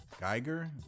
Geiger